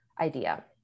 idea